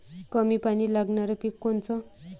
कमी पानी लागनारं पिक कोनचं?